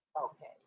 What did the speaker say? okay